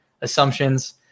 assumptions